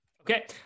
Okay